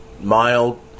mild